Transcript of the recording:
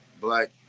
black